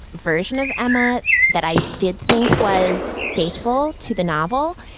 version of emma that i did think was faithful to the novel.